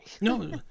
No